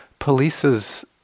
polices